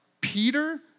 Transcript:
Peter